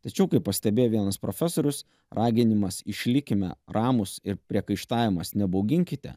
tačiau kaip pastebėjo vienas profesorius raginimas išlikime ramūs ir priekaištavimas nebauginkite